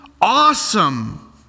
awesome